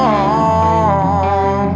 oh